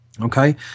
Okay